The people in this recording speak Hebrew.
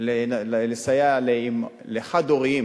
לסייע לחד-הוריים,